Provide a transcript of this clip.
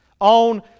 on